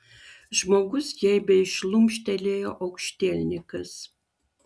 žmogus geibiai šlumštelėjo aukštielninkas